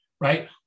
right